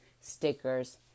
stickers